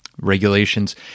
regulations